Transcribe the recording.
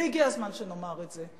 והגיע הזמן שנאמר את זה,